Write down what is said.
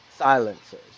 silencers